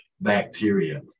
bacteria